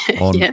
on